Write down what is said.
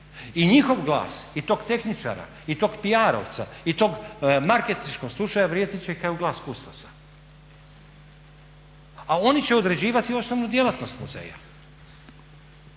i njihov glas i tog tehničara i tog PR-ovca i tog marketinškog stručnjaka vrijedit će kao glas kustosa, a oni će određivati osnovnu djelatnost muzeja.